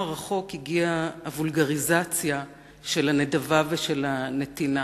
רחוק הגיעה הוולגריזציה של הנדבה ושל הנתינה,